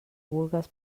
vulgues